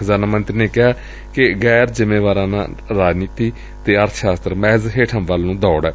ਖਜ਼ਾਨਾ ਮੰਤਰੀ ਨੇ ਕਿਹਾ ਕਿ ਗੈਰ ਜਿੰਮੇਵਾਰ ਰਾਜਨੀਤੀ ਅਤੇ ਅਰਥ ਸ਼ਾਸਤਰ ਮਹਿਜ਼ ਹੇਠਾਂ ਵੱਲ ਨੂੰ ਦੌੜ ਏ